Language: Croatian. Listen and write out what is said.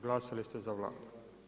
Glasali ste za Vladu.